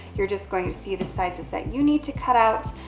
you're just going to see the sizes that you need to cut out.